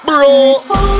Bro